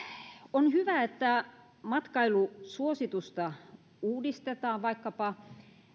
on hyvä että matkailusuositusta uudistetaan vaikkapa